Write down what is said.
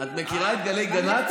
את מכירה את גלי גנ"צ?